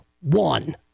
one